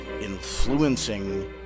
influencing